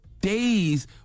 days